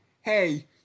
hey